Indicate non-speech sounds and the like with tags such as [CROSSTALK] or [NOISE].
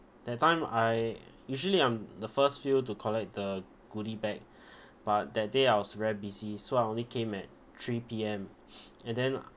that time I usually I'm the first few to collect the goodie bag but that day I was very busy so I only came at three P_M [NOISE] and then